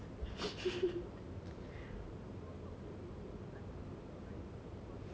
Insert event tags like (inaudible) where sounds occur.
(laughs)